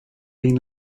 been